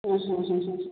ହଁ ହଁ ହଁ